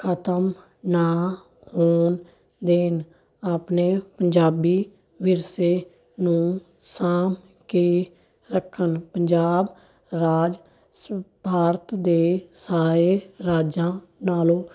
ਖਤਮ ਨਾ ਹੋਣ ਦੇਣ ਆਪਣੇ ਪੰਜਾਬੀ ਵਿਰਸੇ ਨੂੰ ਸਾਂਭ ਕੇ ਰੱਖਣ ਪੰਜਾਬ ਰਾਜ ਭਾਰਤ ਦੇ ਸਾਰੇ ਰਾਜਾਂ ਨਾਲੋਂ